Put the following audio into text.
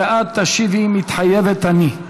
ואת תשיבי: מתחייבת אני.